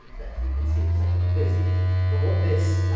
there you can see exactly what it is but what this